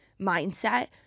mindset